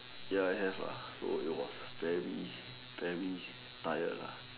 ya have lah it was it was very very tired lah